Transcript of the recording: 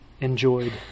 enjoyed